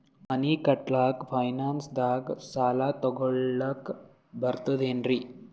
ಮನಿ ಕಟ್ಲಕ್ಕ ಫೈನಾನ್ಸ್ ದಾಗ ಸಾಲ ತೊಗೊಲಕ ಬರ್ತದೇನ್ರಿ?